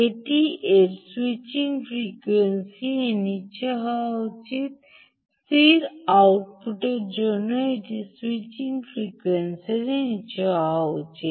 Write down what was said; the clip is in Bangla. এটি এর স্যুইচিং ফ্রিকোয়েন্সি এর নীচে হওয়া উচিত স্থির আউটপুট জন্য এটি স্যুইচিং ফ্রিকোয়েন্সি এর নীচে হওয়া উচিত